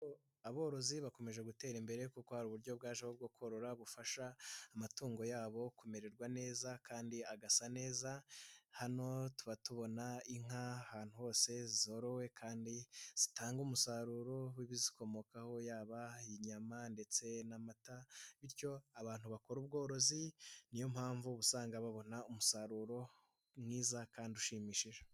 Aborozi bakomeje gutera imbere kuko hari uburyo bwaje bwo korora bufasha amatungo yabo kumererwa neza, kandi agasa neza, hano tuba tubona inka ahantu hose zorowe kandi zitanga umusaruro w'ibizikomokaho yaba inyama ndetse n'amata, bityo abantu bakora ubworozi niyo mpamvu usanga babona umusaruro mwiza kandi ushimishije.